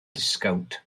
disgownt